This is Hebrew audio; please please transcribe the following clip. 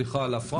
סליחה על ההפרעה,